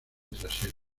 trasera